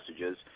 messages